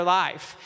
life